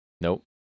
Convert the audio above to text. Nope